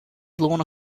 blown